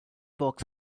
box